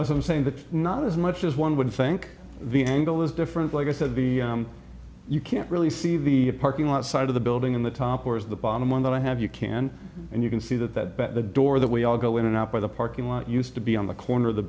that's what i'm saying but not as much as one would think the angle was different like i said be you can't really see the parking lot side of the building in the top or is the bottom one that i have you can and you can see that that but the door that we all go in and out by the parking lot used to be on the corner of the